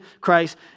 Christ